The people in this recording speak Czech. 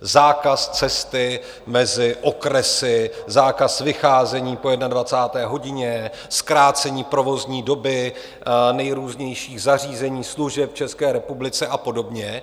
Zákaz cesty mezi okresy, zákaz vycházení po jednadvacáté hodině, zkrácení provozní doby nejrůznějších zařízení, služeb v České republice a podobně.